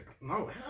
no